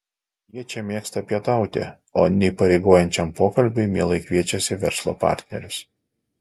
jie čia mėgsta pietauti o neįpareigojančiam pokalbiui mielai kviečiasi verslo partnerius